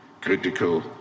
critical